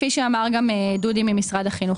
כפי שאמר גם דודי ממשרד החינוך,